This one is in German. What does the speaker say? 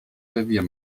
revier